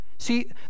See